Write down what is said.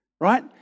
right